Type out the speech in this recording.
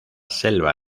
selva